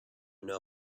know